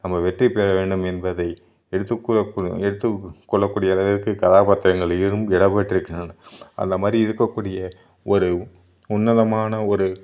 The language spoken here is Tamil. நம்ம வெற்றிப் பெற வேண்டும் என்பதை எடுத்துக் கூறக்கொ எடுத்துக் கொள்ளக்கூடிய அளவிற்கு கதாப்பாத்திரங்களிலும் இடம் பெற்றிருக்கின்றன அந்தமாதிரி இருக்கக்கூடிய ஒரு உன்னதமான ஒரு